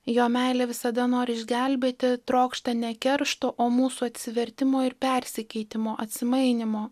jo meilė visada nori išgelbėti trokšta ne keršto o mūsų atsivertimo ir persikeitimo atsimainymo